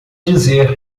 dizer